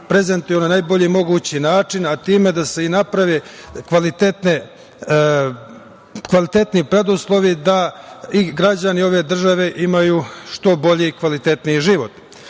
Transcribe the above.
prezentuju na najbolji mogući način, a time i da se naprave kvalitetni preduslovi da i građani ove države imaju što bolji i kvalitetniji